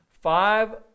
five